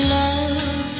love